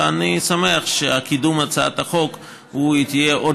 ואני שמח שקידום הצעת החוק יהיה עוד